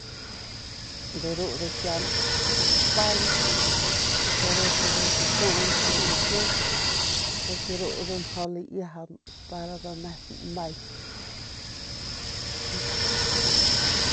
De ru ndujuy kian tapañ poreso tatun ru ljiu porque ndu mjau laiajaun para nda nep nmay.